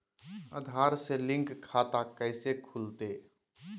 आधार से लिंक खाता कैसे खुलते?